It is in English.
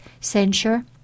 censure